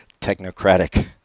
technocratic